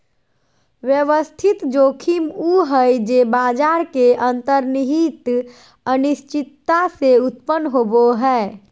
व्यवस्थित जोखिम उ हइ जे बाजार के अंतर्निहित अनिश्चितता से उत्पन्न होवो हइ